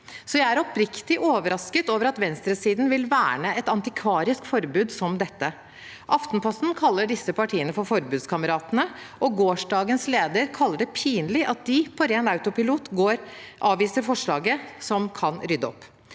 Jeg er oppriktig overrasket over at venstresiden vil verne et antikvarisk forbud som dette. Aftenposten kaller disse partiene for forbudskameratene, og gårsdagens leder kaller det pinlig at de på ren autopilot avviser forslaget som kan rydde opp.